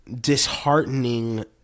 Disheartening